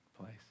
place